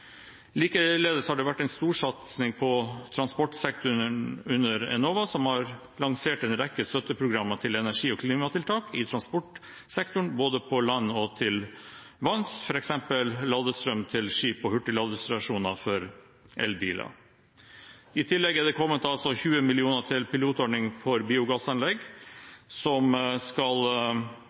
Likeledes har det vært en storsatsing på transportsektoren under Enova, som har lansert en rekke støtteprogrammer til energi- og klimatiltak i transportsektoren både på land og til vanns, f.eks. ladestrøm til skip og hurtigladestasjoner for elbiler. I tillegg er det kommet 20 mill. kr til pilotordning for biogassanlegg, som skal